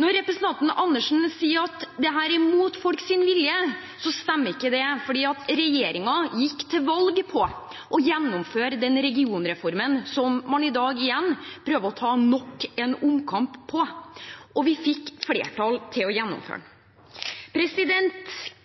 Når representanten Andersen sier at dette er imot folks vilje, stemmer ikke det, for regjeringen gikk til valg på å gjennomføre den regionreformen som man i dag prøver å ta nok en omkamp på, og vi fikk flertall til å gjennomføre den.